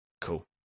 cool